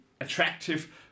attractive